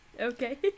Okay